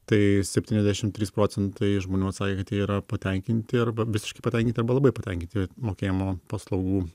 tai septyniasdešim trys procentai žmonių atsakė kad jie yra patenkinti arba visiškai patenkinti arba labai patenkinti mokėjimo paslaugų